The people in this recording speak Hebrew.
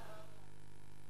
י' בתמוז התשע"א,